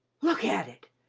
look at it!